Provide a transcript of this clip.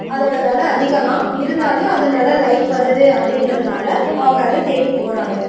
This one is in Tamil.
அதோடய விலை அதிகம் தான் இருந்தாலேயும் அது நல்ல லைஃப் வருது அப்படின்றதனால அவங்க அதை தேடி போகிறாங்க